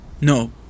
No